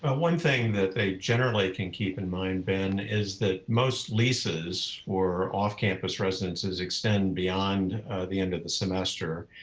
ah one thing that they generally can keep in mind, ben, is that most leases for off campus residences extend beyond the end of the semester.